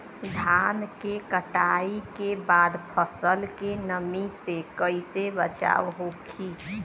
धान के कटाई के बाद फसल के नमी से कइसे बचाव होखि?